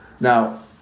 Now